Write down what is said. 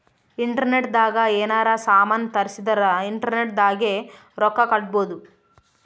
internet ದಾಗ ಯೆನಾರ ಸಾಮನ್ ತರ್ಸಿದರ ಇಂಟರ್ನೆಟ್ ದಾಗೆ ರೊಕ್ಕ ಕಟ್ಬೋದು